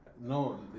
No